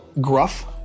gruff